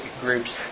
groups